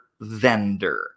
vendor